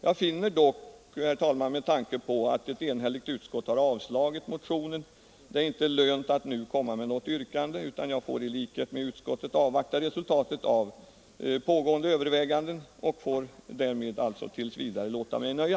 Jag finner dock, herr talman, med tanke på att ett enhälligt utskott har avstyrkt motionen, det inte lönt att komma med något yrkande, utan jag får i likhet med utskottet avvakta resultatet av pågående överväganden och får därmed tills vidare låta mig nöja.